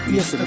Yes